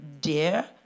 dear